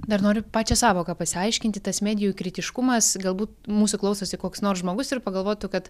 dar noriu pačią sąvoką pasiaiškinti tas medijų kritiškumas galbūt mūsų klausosi koks nors žmogus ir pagalvotų kad